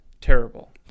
Terrible